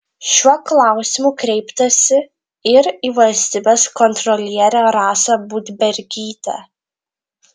šiuo klausimu kreiptasi ir į valstybės kontrolierę rasą budbergytę